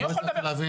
אני יכול לדבר.